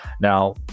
Now